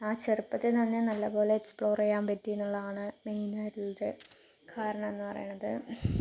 ആ ചെറുപ്പത്തിൽ തന്നെ നല്ല പോലെ എക്സ്പ്ലോർ ചെയ്യാൻ പറ്റിയെന്നുള്ളതാണ് മെയിനായിട്ടുള്ളൊരു കാരണം എന്നു പറയുന്നത്